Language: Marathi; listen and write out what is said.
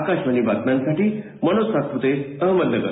आकाशवाणी बातम्यांसाठी मनोज सातपुते अहमदनगर